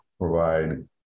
provide